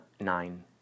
Nine